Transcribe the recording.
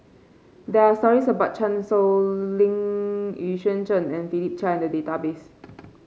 there are stories about Chan Sow Lin Xu Yuan Zhen and Philip Chia in the database